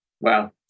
wow